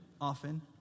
often